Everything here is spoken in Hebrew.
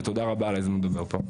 ותודה רבה על ההזדמנות לדבר פה.